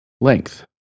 Length